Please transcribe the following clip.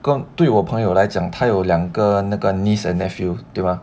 更对我朋友来讲他有两个那个 niece and nephew 对吗